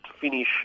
finish